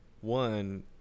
one